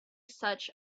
such